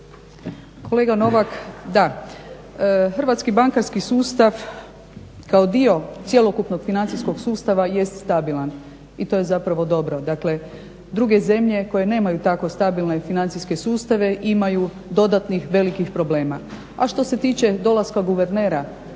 Kolega Novak, da, hrvatski bankarski sustav kao dio cjelokupnog financijskog sustava jest stabilan i to je zapravo dobro. Dakle, druge zemlje koje nemaju tako stabilne financijske sustave imaju dodatnih velikih problema. A što se tiče dolaska guvernera